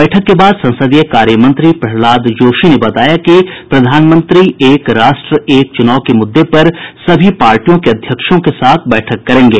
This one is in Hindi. बैठक के बाद संसदीय कार्यमंत्री प्रहलाद जोशी ने बताया कि प्रधानमंत्री एक राष्ट्र एक चुनाव के मुद्दे पर सभी पार्टियों के अध्यक्षों के साथ बैठक करेंगे